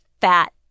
fat